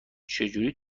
چجوری